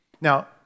now